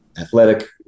athletic